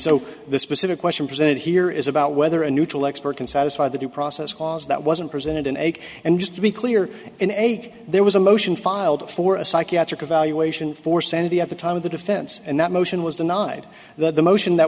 so the specific question presented here is about whether a neutral expert can satisfy the due process clause that wasn't presented in a and just to be clear in aig there was a motion filed for a psychiatric evaluation for sanity at the time of the defense and that motion was denied the motion that